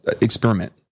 experiment